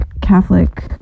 Catholic